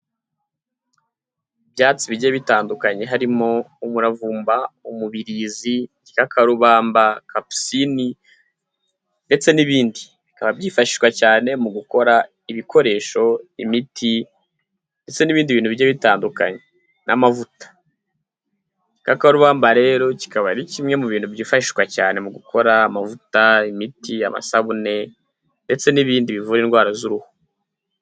Ibyatsi bijye bitandukanye harimo umuravumba, umubirizi, igikakarubamba, kapusini ndetse n'ibindi. Bikaba byifashishwa cyane mu gukora ibikoresho, imiti ndetse n'ibindi bintu bigiye bitandukanye n'amavuta. Igikakarubamba rero kikaba ari kimwe mu bintu byifashishwa cyane mu gukora amavuta, imiti amasabune ndetse n'ibindi bivura indwara z'uruhu.